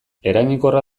eraginkorra